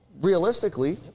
realistically